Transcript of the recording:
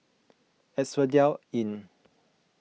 Asphodel Inn